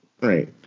Right